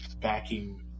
backing